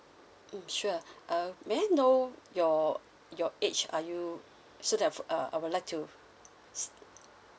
mm sure uh may I know your your age are you so that I've uh I will like to